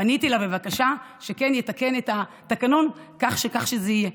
פניתי אליו בבקשה שכן יתקן את התקנון כך שזה יהיה,